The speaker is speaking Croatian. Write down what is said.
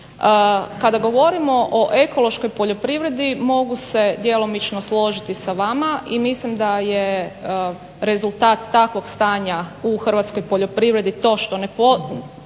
Kada govorimo o ekološkoj poljoprivredi mogu se djelomično složiti sa vama i mislim da je rezultat takvog stanja u hrvatskoj poljoprivredi to što ne provodimo